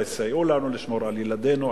תסייעו לנו לשמור על ילדינו,